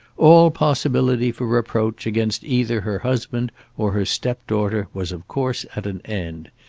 all possibility for reproach against either her husband or her step-daughter was of course at an end.